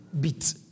beat